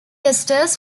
esters